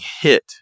hit